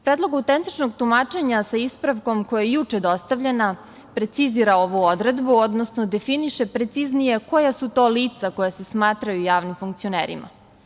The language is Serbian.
Predlog autentičnog tumačenja, sa ispravkom, koji je juče dostavljen precizira ovu odredbu, odnosno definiše preciznije koja su to lica koja se smatraju javnim funkcionerima.